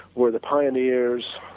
were the pioneers,